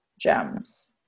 gems